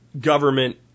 government